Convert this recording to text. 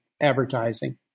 advertising